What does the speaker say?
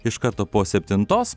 iš karto po septintos